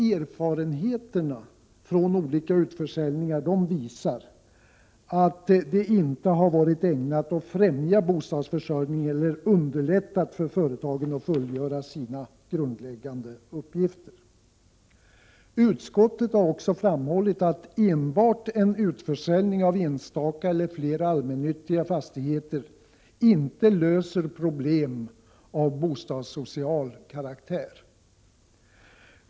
Erfarenheterna från olika utförsäljningar visar enligt vår mening att det inte varit ägnat att främja bostadsförsörjningen eller underlättat för företagen att fullgöra sina grundläggande uppgifter. Utskottet har också framhållit att enbart en utförsäljning av enstaka eller flera allmännyttiga fastigheter inte löser problem av bostadssocial karaktär.